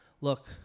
Look